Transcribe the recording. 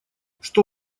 что